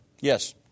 Yes